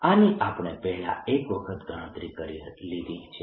આની આપણે પહેલા એક વખત ગણતરી કરી લીધી છે